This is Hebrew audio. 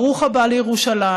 ברוך הבא לירושלים,